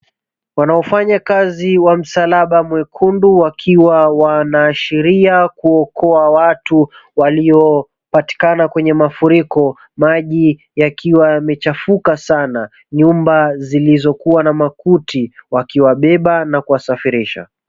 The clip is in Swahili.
Wanaofanya kazi wa msalaba mwekundu wakiwa wanaashiria kuokoa watu waliopatikana kwenye mafuriko. Maji yakiwa yamechafuka saana nyumba zilizokua na makuti, wakiwabeba na kuwasafirisha.